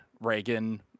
reagan